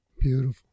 Beautiful